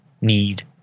need